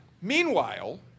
meanwhile